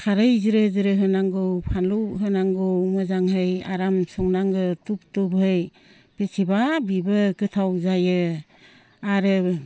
खारै ज्रो ज्रो होनांगौ फानलु होनांगौ मोजाङै आराम संनांगौ टुप टुपहै बेसेबा बेबो गोथाव जायो आरो